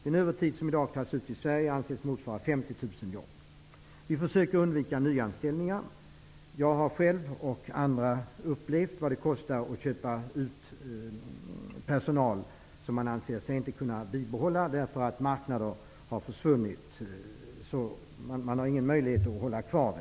Den övertid som i dag tas ut i Sverige anses motsvara 50 000 jobb. Vi försöker undvika nyanställningar. Jag själv och andra har upplevt vad det kostar att köpa ut personal som man anser sig inte kunna bibehålla, därför att marknader har försvunnit och man inte har någon möjlighet att behålla de anställda.